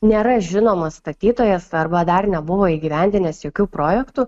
nėra žinomas statytojas arba dar nebuvo įgyvendinęs jokių projektų